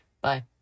bye